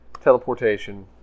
Teleportation